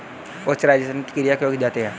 Pasteurisation की क्रिया क्यों की जाती है?